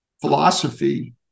philosophy